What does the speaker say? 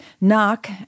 Knock